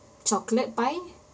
chocolate pie